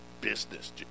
business